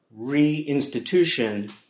reinstitution